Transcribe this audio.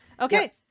Okay